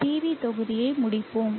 PV தொகுதியை முடிப்போம்